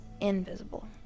invisible